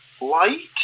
Light